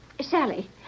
Sally